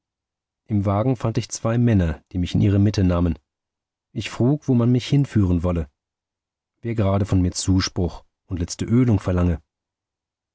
im wagen fand ich zwei männer die mich in ihre mitte nahmen ich frug wo man mich hinführen wolle wer gerade von mir zuspruch und letzte ölung verlange